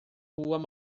rua